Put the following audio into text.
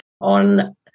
on